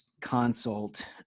Consult